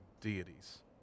deities